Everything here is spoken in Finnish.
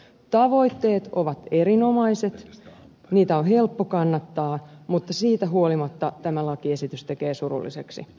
tavoitteet ovat erinomaiset niitä on helppo kannattaa mutta siitä huolimatta tämä lakiesitys tekee surulliseksi